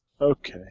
Okay